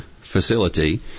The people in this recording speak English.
facility